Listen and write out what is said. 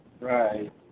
Right